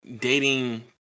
dating